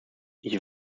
ich